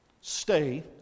Stay